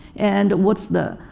and what's the